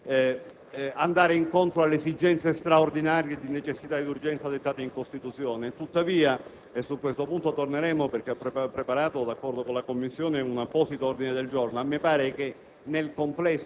fine di rispondere alle esigenze straordinarie di necessità ed urgenza dettate dalla Costituzione. Tuttavia - e su questo punto torneremo, perché ho preparato d'accordo con la Commissione un apposito ordine del giorno